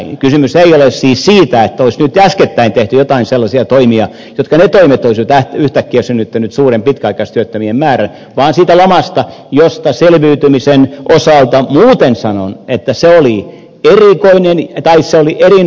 kysymys ei ole siis siitä että olisi nyt äskettäin tehty joitain sellaisia toimia jotka olisivat nyt yhtäkkiä synnyttäneet suuren pitkäaikaistyöttömien määrän vaan siitä lamasta josta selviytymisen osalta muuten sanon että se oli erinomainen stoori